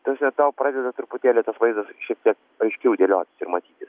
ta prasme tau pradeda truputėlį tas vaizdas šiek tiek aiškiau dėliotis ir matytis